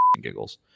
giggles